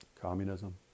Communism